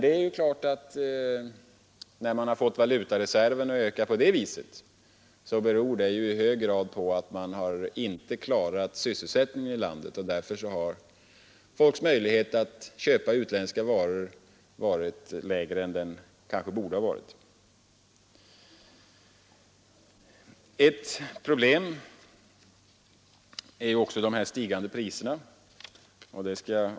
Men när valutareserven ökat på det viset, beror det i hög grad på att man inte klarat sysselsättningen i landet. Därför har folks möjlighet att köpa utländska varor kanske varit lägre än den borde ha varit. Ett problem är de stigande priserna.